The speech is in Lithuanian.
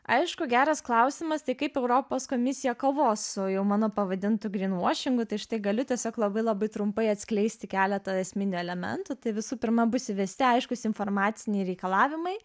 aišku geras klausimas tai kaip europos komisija kovos su jau mano pavadintu gryn vašingu tai štai galiu tiesiog labai labai trumpai atskleisti keletą esminių elementų tai visų pirma bus įvesti aiškūs informaciniai reikalavimai